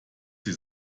sie